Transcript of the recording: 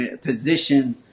position